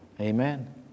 Amen